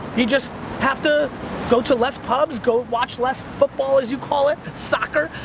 you just hafta go to less pubs, go watch less football, as you call it, soccer,